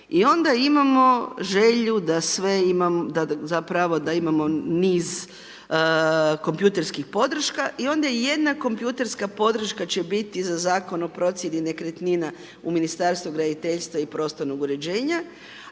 I onda imamo želju da sve, da zapravo da imamo niz kompjuterskih podrška i onda jedna kompjuterska podrška će biti za zakon o procjeni nekretnina u Ministarstvu graditeljstva i prostornog uređenja,